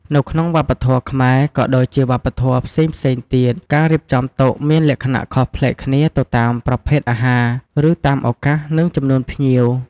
នៅក្នុងវប្បធម៌ខ្មែរ ក៏ដូចជាវប្បធម៌ផ្សេងៗទៀត ការរៀបចំតុមានលក្ខណៈខុសប្លែកគ្នាទៅតាមប្រភេទអាហារ ឬតាមឱកាស និងចំនួនភ្ញៀវ។